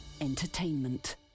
Entertainment